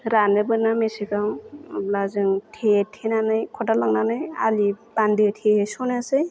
रानोबो ना मेसेंआव होनब्ला जों थे थेनानै खदाल लांनानै आलि बान्दो थेस'नोसै